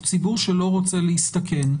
או ציבור שלא רוצה להסתכן,